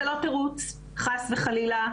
זה לא תירוץ, חס וחלילה.